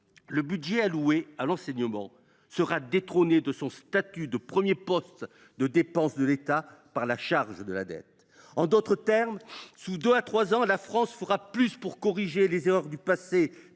le budget alloué à l’enseignement sera détrôné de son statut de premier poste de dépense de l’État par la charge de la dette. Eh oui ! En d’autres termes, dans deux ou trois ans, la France fera plus pour corriger les erreurs du passé,